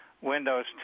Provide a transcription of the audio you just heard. Windows